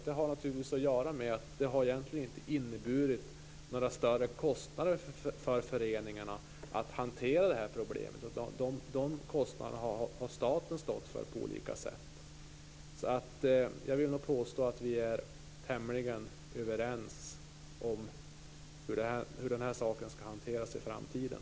Det har naturligtvis att göra med att det egentligen inte har inneburit några större kostnader för föreningarna att hantera det här problemet. De kostnaderna har staten stått för på olika sätt. Jag vill nog påstå att vi är tämligen överens om hur den här saken skall hanteras i framtiden.